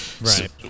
Right